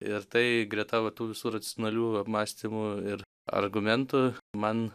ir tai greta va tų visų racionalių apmąstymų ir argumentų man